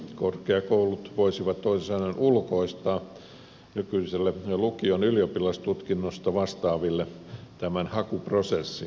korkeakoulut voisivat toisin sanoen ulkoistaa nykyisille lukion ylioppilastutkinnosta vastaaville tämän hakuprosessin